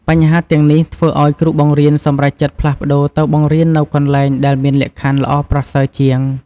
បញ្ហាទាំងនេះធ្វើឲ្យគ្រូបង្រៀនសម្រេចចិត្តផ្លាស់ទៅបង្រៀននៅកន្លែងដែលមានលក្ខខណ្ឌល្អប្រសើរជាង។